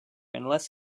unless